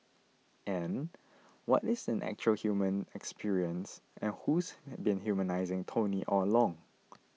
and what is an actual human experience and who's been humanising Tony all along